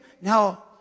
now